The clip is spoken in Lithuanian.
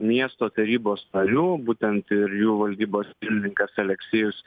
miesto tarybos narių būtent ir jų valdybos pirmininkas aleksejus